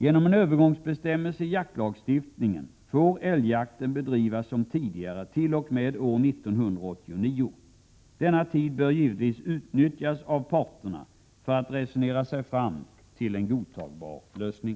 Genom en övergångsbestämmelse i jaktlagstiftningen får älgjakten bedrivas som tidigare t.o.m. år 1989. Denna tid bör givetvis utnyttjas av parterna för att man skall kunna resonera sig fram till en godtagbar lösning.